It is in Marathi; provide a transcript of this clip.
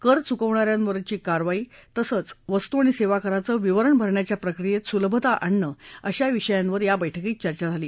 कर चुकवणाऱ्यांवरची कारवाई तसंच वस्तू आणि सेवाकराचं विवरण भरण्याच्या प्रक्रियेत सुलभता आणणं अशा विषयांवर या बैठकीत चर्चा झाली